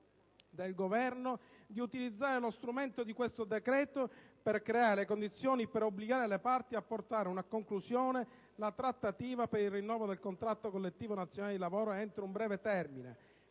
del Governo di utilizzare lo strumento di questo decreto per creare le condizioni per obbligare le parti a portare a conclusione la trattativa per il rinnovo del contratto collettivo nazionale di lavoro entro un breve termine,